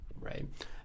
Right